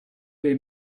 they